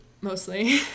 Mostly